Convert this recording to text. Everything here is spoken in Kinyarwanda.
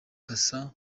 cassa